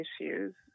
issues